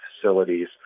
facilities